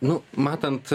nu matant